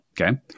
Okay